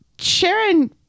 Sharon